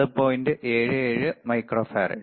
77 micro farad